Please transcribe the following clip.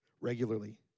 regularly